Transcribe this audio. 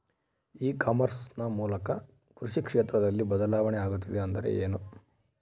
E commerce ನ ಮೂಲಕ ಕೃಷಿ ಕ್ಷೇತ್ರದಲ್ಲಿ ಬದಲಾವಣೆ ಆಗುತ್ತಿದೆ ಎಂದರೆ ಏನು?